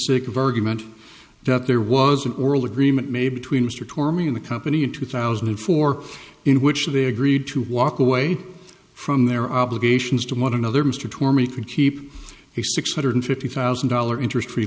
sake of argument that there was an oral agreement made between mr tore me in the company in two thousand and four in which they agreed to walk away from their obligations to one another mr torme can keep the six hundred fifty thousand dollars interest free